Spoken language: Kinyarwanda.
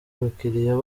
bakiriya